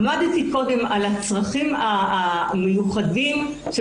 עמדתי קודם על הצרכים המיוחדים של